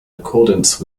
accordance